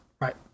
Right